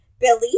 Billy